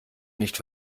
nicht